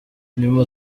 nyuma